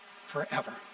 forever